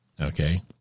okay